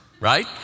right